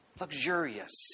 Luxurious